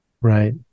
right